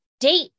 Date